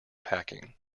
packing